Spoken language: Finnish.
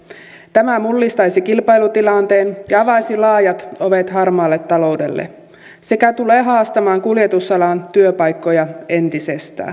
tämä mullistaisi kilpailutilanteen ja avaisi laajat ovet harmaalle taloudelle sekä tulee haastamaan kuljetusalan työpaikkoja entisestään